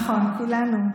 נכון, כולנו.